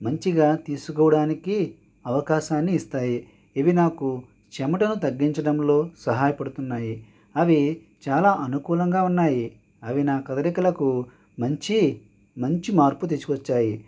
మంచిగా తీసుకోడానికి అవకాశాన్ని ఇస్తాయి ఇవి నాకు చెమటను తగ్గించడంలో సహాయపడుతున్నాయి అవి చాలా అనుకూలంగా ఉన్నాయి అవి నా కదలికలకు మంచి మంచి మార్పు తీసుకోచ్చినాయి